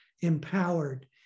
empowered